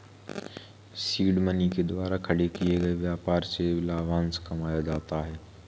seed money के द्वारा खड़े किए गए व्यापार से लाभांश कमाया जाता है